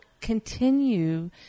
continue